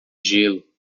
gelo